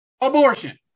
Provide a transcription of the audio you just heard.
abortion